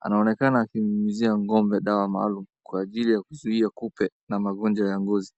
anaonekana akinyunyizia ng`ombe dawa maalum kwa ajili ya kwa vile kuzuia kupe na magojwa ya ngozi.